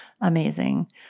amazing